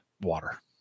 water